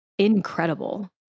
Incredible